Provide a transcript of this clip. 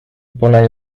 pole